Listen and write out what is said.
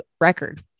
record